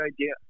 idea